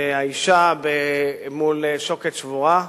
האשה, מול שוקת שבורה.